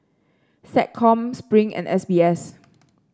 SecCom Spring and S B S